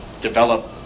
develop